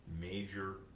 major